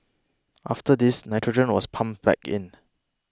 after this nitrogen was pumped back in